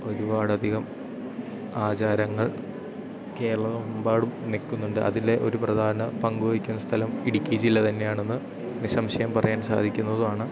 ഒരുപാടധികം ആചാരങ്ങൾ കേരളമെമ്പാടും നിൽക്കുന്നുണ്ട് അതിലെ ഒരു പ്രധാന പങ്കുവഹിക്കുന്ന സ്ഥലം ഇടുക്കി ജില്ലതന്നെയാണെന്ന് നിസംശയം പറയാൻ സാധിക്കുന്നതുമാണ്